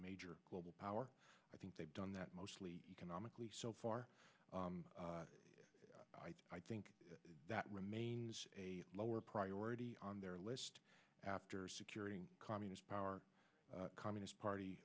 major global power i think they've done that mostly economically so far i think that remains a lower priority on their list after securing communist power communist party